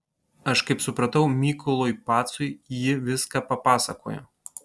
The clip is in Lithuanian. aš kaip supratau mykolui pacui ji viską papasakojo